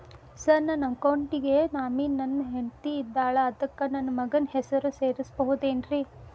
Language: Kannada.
ಸರ್ ನನ್ನ ಅಕೌಂಟ್ ಗೆ ನಾಮಿನಿ ನನ್ನ ಹೆಂಡ್ತಿ ಇದ್ದಾಳ ಅದಕ್ಕ ನನ್ನ ಮಗನ ಹೆಸರು ಸೇರಸಬಹುದೇನ್ರಿ?